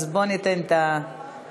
בואו ניתן את האפשרות.